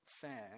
fair